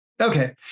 Okay